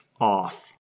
off